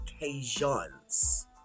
occasions